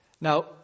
Now